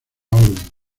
orden